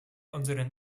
unseren